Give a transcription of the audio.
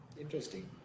Interesting